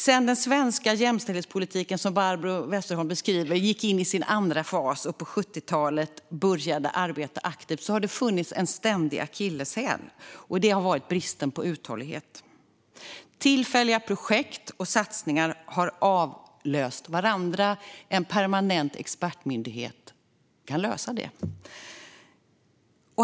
Sedan den svenska jämställdhetspolitiken, som Barbro Westerholm beskrev, gick in i sin andra fas och på 70-talet började arbeta aktivt har det funnits en ständig akilleshäl, och det har varit bristen på uthållighet. Tillfälliga projekt och satsningar har avlöst varandra. En permanent expertmyndighet kan lösa detta.